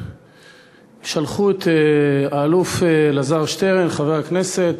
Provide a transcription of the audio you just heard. ששלחו את האלוף אלעזר שטרן, חבר הכנסת,